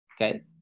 okay